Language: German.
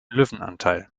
löwenanteil